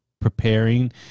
preparing